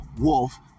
Wolf